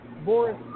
Boris